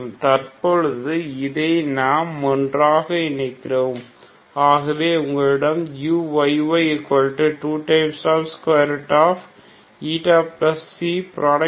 தற்பொழுது இதை நாம் ஒன்றாக இணைக்கிறோம் ஆகவே உங்களிடம் uyy2dd